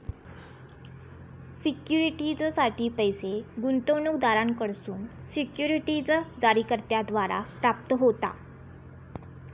सिक्युरिटीजसाठी पैस गुंतवणूकदारांकडसून सिक्युरिटीज जारीकर्त्याद्वारा प्राप्त होता